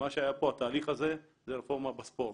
מה שהיה פה, התהליך הזה, זו רפורמה בספורט.